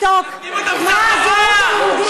שומו